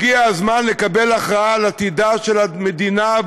הגיע הזמן לקבל הכרעה על עתידה של המדינה,